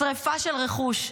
שרפה של רכוש,